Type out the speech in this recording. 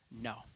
no